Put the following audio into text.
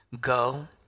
Go